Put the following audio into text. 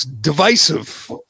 divisive